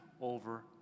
over